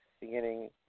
Beginning